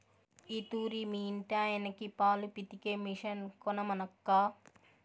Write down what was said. ఈ తూరి మీ ఇంటాయనకి పాలు పితికే మిషన్ కొనమనక్కా